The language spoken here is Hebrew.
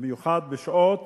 במיוחד בשעות